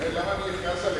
למה אני אכעס עליך?